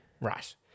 Right